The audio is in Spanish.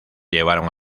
llevaron